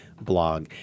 blog